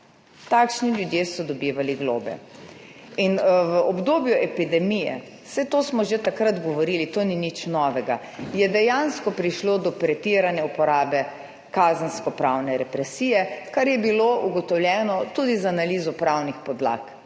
takšni ljudje so dobivali globe. V obdobju epidemije, saj to smo že takrat govorili, to ni nič novega, je dejansko prišlo do pretirane uporabe kazenskopravne represije, kar je bilo ugotovljeno tudi z analizo pravnih podlag.